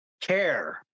care